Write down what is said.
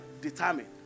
determined